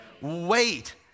wait